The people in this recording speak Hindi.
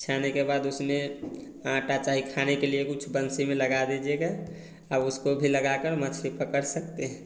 छाने के उसमें आटा चाहे खाने के लिए कुछ बंसी में लगा दीजिएगा और उसको भी लगाकर मछली पकड़ सकते हैं